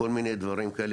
כל מיני דברים כאלה,